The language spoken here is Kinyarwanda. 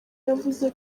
yavuze